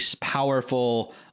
powerful